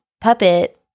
puppet